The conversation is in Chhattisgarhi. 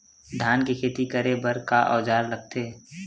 धान के खेती करे बर का औजार लगथे?